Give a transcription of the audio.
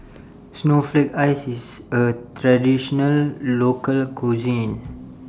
Snowflake Ice IS A Traditional Local Cuisine